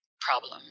problem